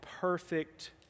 perfect